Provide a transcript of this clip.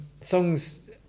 songs